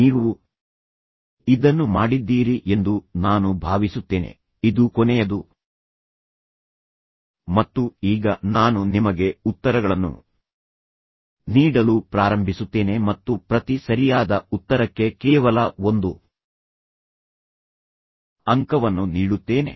ನೀವು ಇದನ್ನು ಮಾಡಿದ್ದೀರಿ ಎಂದು ನಾನು ಭಾವಿಸುತ್ತೇನೆ ಇದು ಕೊನೆಯದು ಮತ್ತು ಈಗ ನಾನು ನಿಮಗೆ ಉತ್ತರಗಳನ್ನು ನೀಡಲು ಪ್ರಾರಂಭಿಸುತ್ತೇನೆ ಮತ್ತು ಪ್ರತಿ ಸರಿಯಾದ ಉತ್ತರಕ್ಕೆ ಕೇವಲ ಒಂದು ಅಂಕವನ್ನು ನೀಡುತ್ತೇನೆ